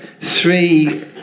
three